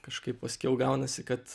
kažkaip paskiau gaunasi kad